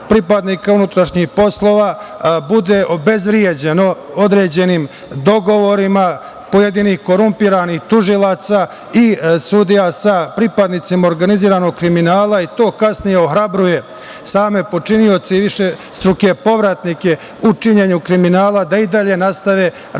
pripadnika unutrašnjih poslova bude obezvređeno određenim dogovorima pojedinih korumpiranih tužilaca i sudija sa pripadnicima organizovanog kriminala i to kasnije ohrabruje same počinioce i višestruke povratnike u činjenju kriminala da i dalje nastave raditi